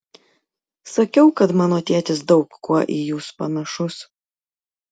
sakiau kad mano tėtis daug kuo į jus panašus